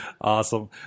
awesome